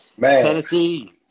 Tennessee